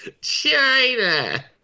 China